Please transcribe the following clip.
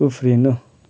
उफ्रिनु